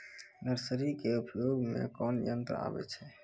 Nursery के उपयोग मे कोन यंत्र आबै छै?